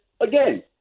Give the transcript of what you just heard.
again